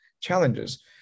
challenges